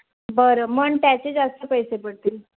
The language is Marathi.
बरं पण त्याचे जास्त पैसे पडतील